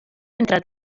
entre